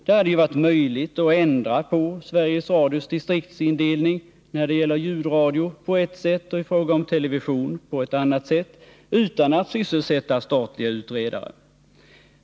Det hade ju varit möjligt att ändra på Sveriges Radios distriktsindelning när det gäller ljudradio på ett sätt och i fråga om television på ett annat sätt utan att sysselsätta statliga utredare.